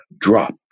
drop